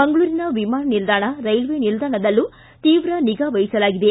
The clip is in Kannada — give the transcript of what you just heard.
ಮಂಗಳೂರಿನ ವಿಮಾನ ನಿಲ್ದಾಣ ರೈಲ್ವೇ ನಿಲ್ದಾಣದಲ್ಲೂ ತೀವ್ರ ನಿಗಾ ವಹಿಸಲಾಗಿದೆ